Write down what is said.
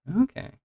Okay